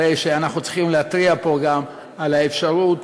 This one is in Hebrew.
הרי שאנחנו צריכים להתריע פה גם על האפשרות